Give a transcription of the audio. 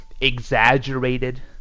exaggerated